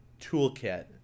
toolkit